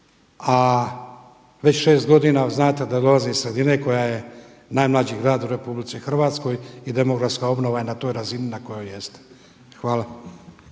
A već šest godina znate da dolazim iz sredine koja je najmlađi grad u RH i demografska obnova je na toj razini na kojoj jeste. Hvala.